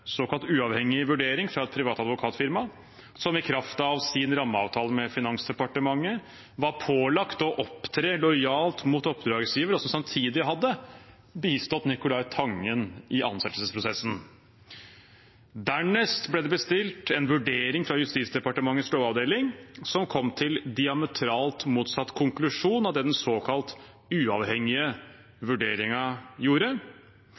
såkalt uavhengig vurdering fra et privat advokatfirma, som i kraft av sin rammeavtale med Finansdepartementet var pålagt å opptre lojalt mot oppdragsgiveren, og som samtidig hadde bistått Nicolai Tangen i ansettelsesprosessen. Dernest ble det bestilt en vurdering fra Justisdepartementets lovavdeling, som kom til diametralt motsatt konklusjon av det den såkalte uavhengige vurderingen gjorde.